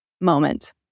moment